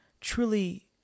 truly